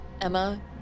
Emma